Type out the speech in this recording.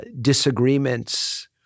disagreements